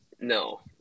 No